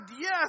Yes